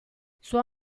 sua